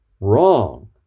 wrong